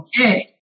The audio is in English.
Okay